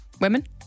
Women